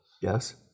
Yes